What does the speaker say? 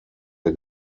der